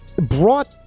brought